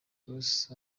cross